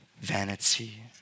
vanity